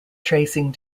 tracing